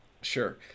Sure